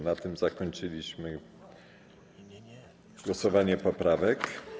Na tym zakończyliśmy głosowanie poprawek.